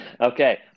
Okay